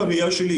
בראייה שלי,